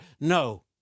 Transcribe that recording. No